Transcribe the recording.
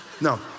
No